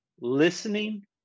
listening